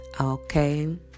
okay